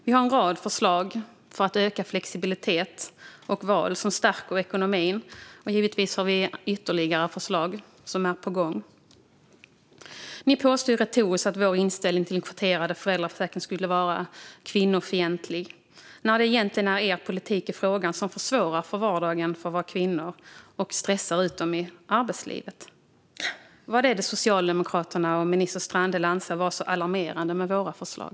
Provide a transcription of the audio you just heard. Vi har en rad förslag för ökad flexibilitet och val som stärker ekonomin, och givetvis har vi ytterligare förslag på gång. Ni påstår i er retorik att vår inställning till den kvoterade föräldraförsäkringen skulle vara kvinnofientlig, när det egentligen är er politik i frågan som försvårar vardagen för våra kvinnor och stressar ut dem i arbetslivet. Vad är det Socialdemokraterna och minister Strandhäll anser vara så alarmerande med våra förslag?